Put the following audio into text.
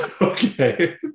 Okay